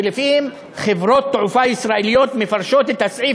שלפיהן חברות תעופה ישראליות מפרשות את הסעיף